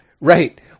Right